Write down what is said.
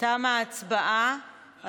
תמה ההצבעה.